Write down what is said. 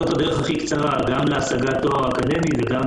זאת הדרך הכי קצרה גם להשגת תואר אקדמאי וגם